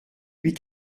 huit